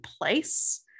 place